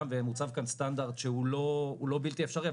ומוצב כאן סטנדרט שהוא לא בלתי אפשרי,